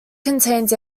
contains